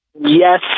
yes